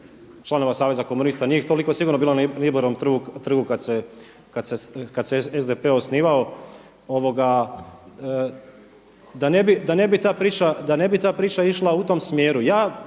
članova Saveza komunista. Nije ih toliko sigurno bilo ni na Iblerovom trgu kad se SDP osnivao. Da ne bi ta priča išla u tom smjeru